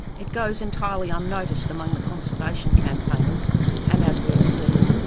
it goes entirely unnoticed among the conservation campaigners and, as we have seen,